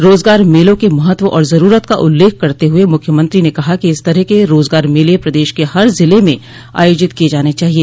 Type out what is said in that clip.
रोज़गार मेलों के महत्व और जरूरत का उल्लेख करते हुए मुख्यमंत्री ने कहा कि इस तरह के रोज़गार मेले प्रदेश के हर जिले में आयोजित किये जाने चाहिए